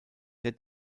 der